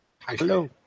Hello